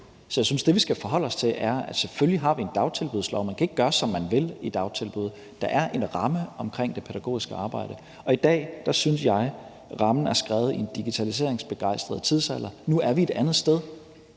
Så jeg synes, at det, vi skal forholde os til, er, at selvfølgelig har vi en dagtilbudslov; man kan ikke gøre, som man vil, i dagtilbuddet. Der er en ramme omkring det pædagogiske arbejde, og jeg synes, at rammen i dag er skrevet i en digitaliseringsbegejstret tidsalder. Nu er vi et andet sted.